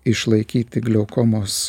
išlaikyti glaukomos